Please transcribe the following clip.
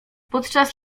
podczas